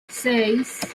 seis